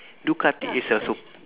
Ducati is a sup~